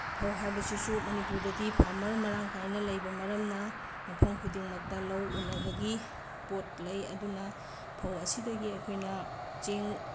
ꯐꯧ ꯍꯥꯏꯕꯁꯤꯁꯨ ꯃꯅꯤꯄꯨꯔꯗꯗꯤ ꯐꯥꯔꯃꯔ ꯃꯔꯥꯡ ꯀꯥꯏꯅ ꯂꯩꯕ ꯃꯔꯝꯅ ꯃꯐꯝ ꯈꯨꯗꯤꯡꯃꯛꯇ ꯂꯧ ꯎꯅꯕꯒꯤ ꯄꯣꯠ ꯂꯩ ꯑꯗꯨꯅ ꯐꯧ ꯑꯁꯤꯗꯒꯤ ꯑꯩꯈꯣꯏꯅ ꯆꯦꯡ